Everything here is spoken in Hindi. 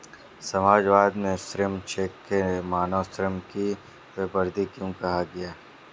समाजवाद में श्रम चेक को मानव श्रम की बर्बादी क्यों कहा गया?